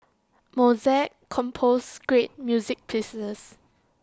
Mozart composed great music pieces